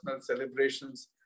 celebrations